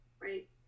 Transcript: Right